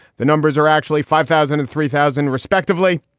the numbers are actually five thousand and three thousand respectively.